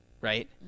Right